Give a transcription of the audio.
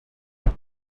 said